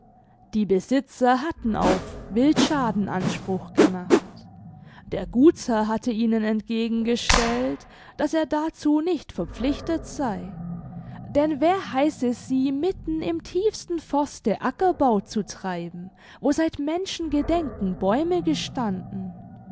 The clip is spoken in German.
die besitzer hatten auf wildschaden anspruch gemacht der gutsherr hatte ihnen entgegengestellt daß er dazu nicht verpflichtet sei denn wer heiße sie mitten im tiefsten forste ackerbau zu treiben wo seit menschengedenken bäume gestanden